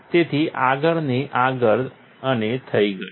તેથી આગળને આગળ અને થઇ ગયુ